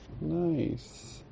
Nice